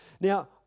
Now